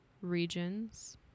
regions